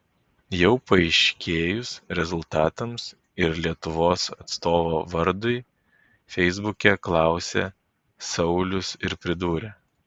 jau paaiškėjus rezultatams ir lietuvos atstovo vardui feisbuke klausė saulius ir pridūrė